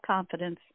Confidence